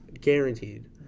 guaranteed